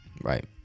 Right